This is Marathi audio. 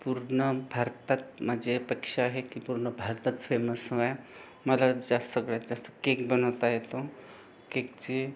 पूर्ण भारतात माझी अपेक्षा आहे की पूर्ण भारतात फेमस व्हा मला जास्त सगळ्यात जास्त केक बनवता येतो केकची